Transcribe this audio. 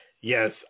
Yes